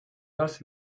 das